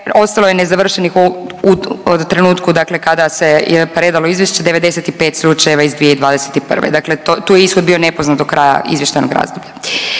ostalo je nezavršenih u trenutku dakle kada se je predalo izvješće 95 slučajeva iz 2021. Dakle, tu je ishod bio nepoznat do kraja izvještajnog razdoblja.